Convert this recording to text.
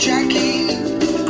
Jackie